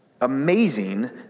amazing